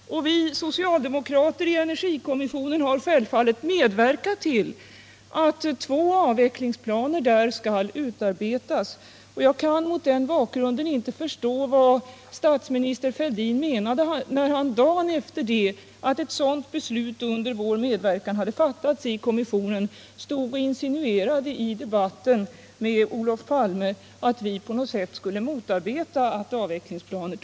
Vi socialdemokrater i energikommissionen har självfallet medverkat till att två avvecklingsplaner där skall utarbetas. Jag kan mot den bakgrunden inte förstå vad statsminister Fäll din menade när han, dagen efter det att ett sådant beslut under vår medverkan hade fattats i kommissionen, i debatten med Olof Palme insinuerade att vi på något sätt skulle motarbeta framtagandet av avvecklingsplaner.